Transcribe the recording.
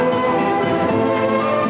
or